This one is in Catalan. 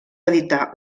editar